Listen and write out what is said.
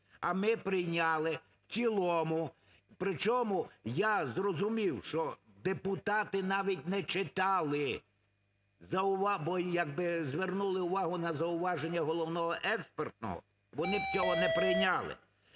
А ми прийняли в цілому, причому я зрозумів, що депутати навіть не читали, бо якби звернули увагу на зауваження головного експертного, вони б його не прийняли.